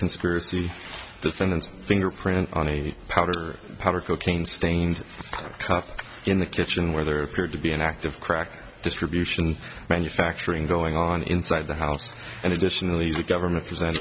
conspiracy defendants fingerprint on a powder powder cocaine stained cuff in the kitchen whether appeared to be an active crack distribution manufacturing going on inside the house and additionally the government